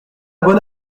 bonne